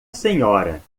senhora